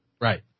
Right